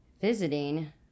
visiting